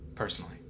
personally